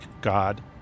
God